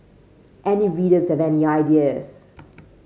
any readers have any ideas